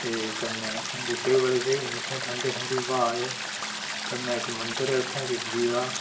ते कन्नै बूह्टे बी बड़े स्हेई न उत्थै ठंडी ठंडी ब्हा ऐ कन्नै इक मंदर ऐ उत्थै शिव जी दा